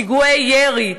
פיגועי ירי.